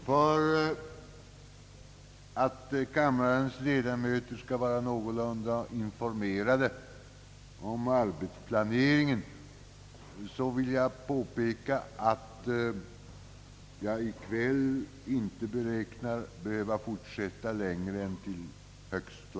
För att informera kammarens ledamöter om arbetsplaneringen vill jag meddela att jag beräknar att sammanträdet i kväll inte skall behöva fortsätta längre än till omkring kl.